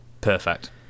Perfect